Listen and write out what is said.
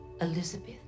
Elizabeth